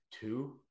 two